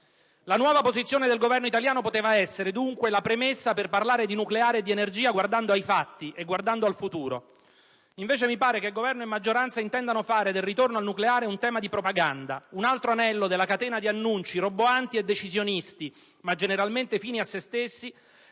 La nuova posizione del Governo italiano poteva essere, dunque, la premessa per parlare di nucleare e di energia guardando ai fatti e guardando al futuro; invece mi pare che Governo e maggioranza intendano fare del ritorno al nucleare un tema di propaganda, un altro anello della catena di annunci roboanti e decisionisti, ma generalmente fini a se stessi,